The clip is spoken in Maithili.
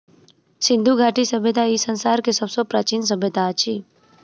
सिंधु घाटी सभय्ता ई संसार के सब सॅ प्राचीन सभय्ता अछि